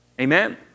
Amen